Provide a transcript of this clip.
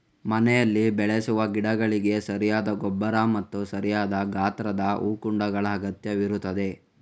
ಮನೆಯಲ್ಲಿ ಬೆಳೆಸುವ ಗಿಡಗಳಿಗೆ ಸರಿಯಾದ ಗೊಬ್ಬರ ಮತ್ತು ಸರಿಯಾದ ಗಾತ್ರದ ಹೂಕುಂಡಗಳ ಅಗತ್ಯವಿರುತ್ತದೆ